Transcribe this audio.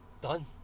done